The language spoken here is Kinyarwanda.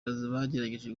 bagerageje